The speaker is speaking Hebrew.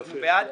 אנחנו בעד.